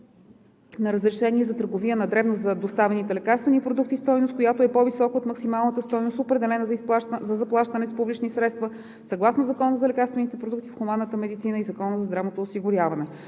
на разрешение за търговия на дребно за доставените лекарствени продукти стойност, която е по-висока от максималната стойност, определена за заплащане с публични средства съгласно Закона за лекарствените продукти в хуманната медицина и Закона за здравното осигуряване.